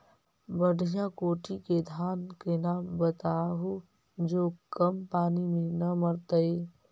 बढ़िया कोटि के धान के नाम बताहु जो कम पानी में न मरतइ?